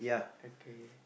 okay